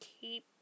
keep